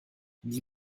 die